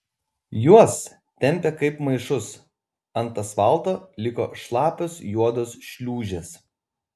juos tempė kaip maišus ant asfalto liko šlapios juodos šliūžės